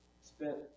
spent